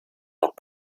noch